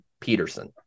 Peterson